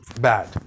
bad